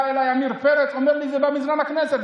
בא אליי עמיר פרץ, אומר לי את זה במזנון הכנסת.